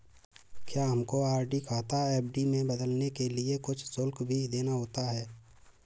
क्या हमको आर.डी खाता एफ.डी में बदलने के लिए कुछ शुल्क भी देना होता है?